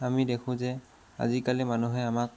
আমি দেখোঁ যে আজিকালি মানুহে আমাক